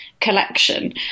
collection